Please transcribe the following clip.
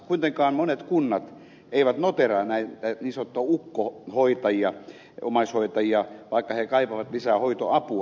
kuitenkaan monet kunnat eivät noteeraa näitä niin sanottuja ukkohoitajia omaishoitajia vaikka he kaipaavat lisää hoitoapua